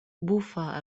bufa